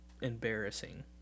embarrassing